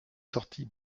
sortit